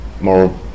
more